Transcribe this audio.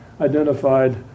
identified